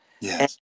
yes